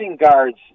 guards